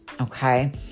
okay